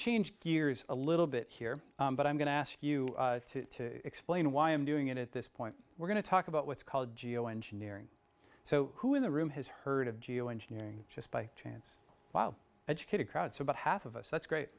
change gears a little bit here but i'm going to ask you to explain why i'm doing it at this point we're going to talk about what's called geo engineering so who in the room has heard of geo engineering just by chance while educate a crowd so about half of us that's great